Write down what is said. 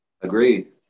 Agreed